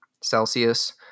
Celsius